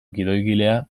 gidoigilea